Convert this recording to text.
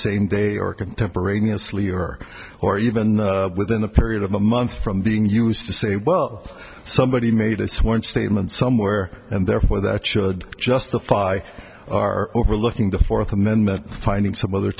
same day or contemporaneously or or even within the period of a month from being used to say well somebody made a sworn statement somewhere and therefore that should justify our overlooking the fourth amendment finding some other